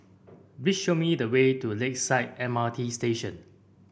please show me the way to Lakeside M R T Station